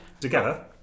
Together